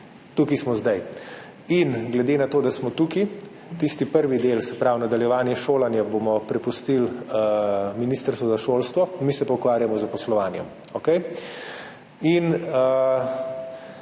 Tukaj smo zdaj. Glede na to, da smo tukaj – tisti prvi del, se pravi, nadaljevanje šolanja bomo prepustili Ministrstvu za šolstvo, mi se pa ukvarjamo z zaposlovanjem,